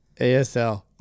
ASL